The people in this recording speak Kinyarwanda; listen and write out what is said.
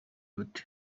bate